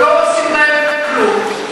ולא עושים להם כלום,